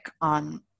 on